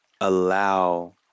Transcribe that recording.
allow